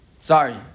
sorry